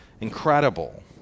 Incredible